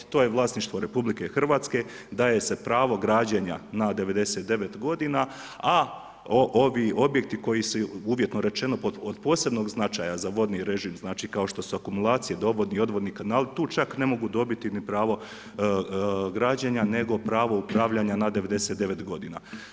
To je vlasništvo RH, daje se pravo građenja na 99 godina, a ovi objekti koji su, uvjetno rečeno, od posebnog značaja za vodni režim, znači, kao što su akumulaciji, dovodni i odvodni kanali, tu čak ne mogu dobiti ni pravo građenja, nego pravo upravljanja na 99 godina.